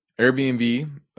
Airbnb